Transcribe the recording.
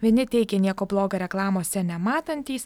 vieni teigė nieko bloga reklamose nematantys